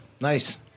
nice